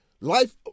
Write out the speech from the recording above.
Life